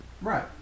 Right